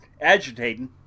agitating